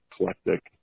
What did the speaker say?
eclectic